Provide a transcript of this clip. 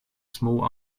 small